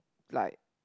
like